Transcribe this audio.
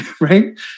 Right